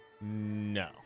No